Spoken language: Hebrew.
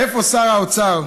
איפה שר האוצר?